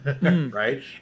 right